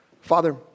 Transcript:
Father